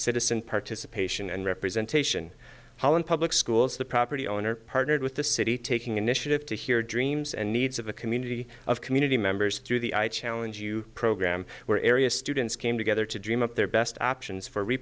citizen participation and representation holland public schools the property owner partnered with the city taking initiative to hear dreams and needs of a community of community members through the i challenge you program where areas students came together to dream up their best options for re